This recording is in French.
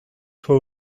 toi